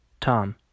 Tom